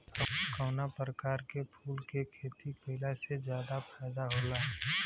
कवना प्रकार के फूल के खेती कइला से ज्यादा फायदा होला?